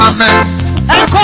Amen